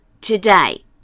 today